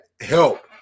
help